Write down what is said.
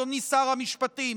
אדוני שר המשפטים: